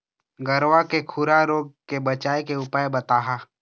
गरवा के खुरा रोग के बचाए के उपाय बताहा?